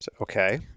Okay